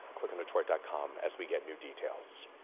ah clickondetroit dot com as we get new details.